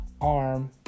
arm